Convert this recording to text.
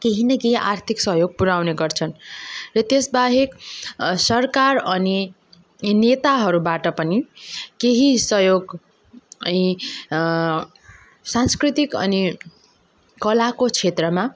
केही न केही आर्थिक सहयोग पुर्याउने गर्छन् र त्यस बाहेक सरकार अनि नेताहरूबाट पनि केही सहयोग अनि सांस्कृतिक अनि कलाको क्षेत्रमा